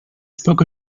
spoke